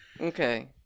Okay